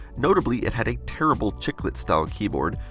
notably, it had a terrible chiclet style keyboard,